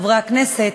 חברי הכנסת,